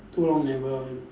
too long never